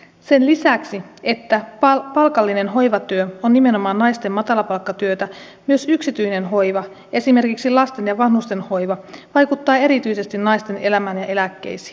sen lisäksi että palkallinen hoivatyö on nimenomaan naisten matalapalkkatyötä myös yksityinen hoiva esimerkiksi lasten ja vanhusten hoiva vaikuttaa erityisesti naisten elämään ja eläkkeisiin